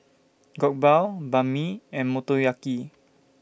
Jokbal Banh MI and Motoyaki